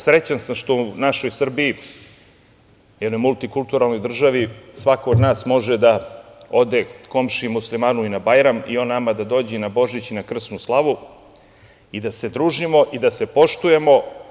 Srećan sam što u našoj Srbiji, jednoj multikulturalnoj državi svako od nas može da ode komšiji muslimanu na Bajram i on nama da dođe na Božić i na krsnu slavu i da se družimo i da se poštujemo.